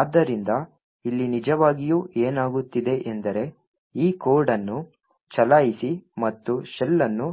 ಆದ್ದರಿಂದ ಇಲ್ಲಿ ನಿಜವಾಗಿಯೂ ಏನಾಗುತ್ತಿದೆ ಎಂದರೆ ಈ ಕೋಡ್ ಅನ್ನು ಚಲಾಯಿಸಿ ಮತ್ತು ಶೆಲ್ ಅನ್ನು